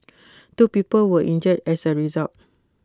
two people were injured as A result